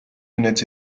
units